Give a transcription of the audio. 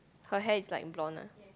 her hair is like blonde ah